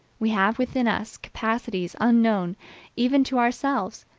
we have within us capacities unknown even to ourselves,